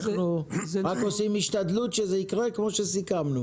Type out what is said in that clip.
אנחנו רק עושים השתדלות שזה יקרה כמו שסיכמנו.